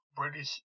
british